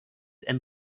and